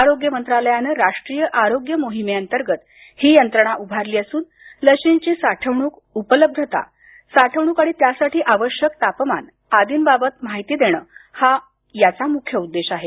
आरोग्य मंत्रालयानं राष्ट्रीय आरोग्य मोहिमेअंतर्गत ही यंत्रणा उभारली असून लशींची साठवणूक उपलब्धता साठवणूक आणि त्यासाठी आवश्यक तापमान आदींबाबत माहिती देणं हा याचा मुख्य उद्देश आहे